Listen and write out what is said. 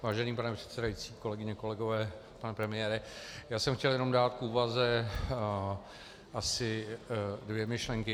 Vážený pane předsedající, kolegyně a kolegové, pane premiére, já jsem chtěl jenom dát k úvaze asi dvě myšlenky.